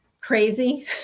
crazy